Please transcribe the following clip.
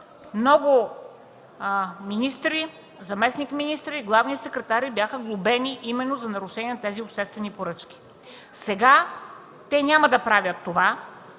много министри, заместник-министри и главни секретари бяха глобени именно за нарушения на тези обществени поръчки. Сега те няма да правят това,